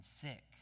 sick